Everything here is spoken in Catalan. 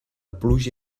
pluja